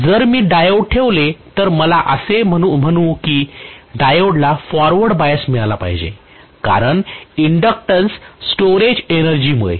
तर जर मी डायोड ठेवले तर आपण असे म्हणू या की डायोडला फॉरवर्ड बायस मिळाला पाहिजे कारण इंडक्टन्स स्टोरेज एनर्जीमुळे